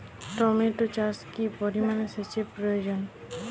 Tomato চাষে কি পরিমান সেচের প্রয়োজন?